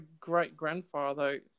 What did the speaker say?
great-grandfather